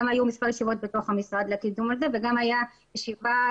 היו גם מספר ישיבות בתוך המשרד --- הזה וגם הייתה ישיבה